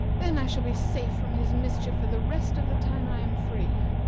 then i shall be safe from his mischief for the rest of the time i am free.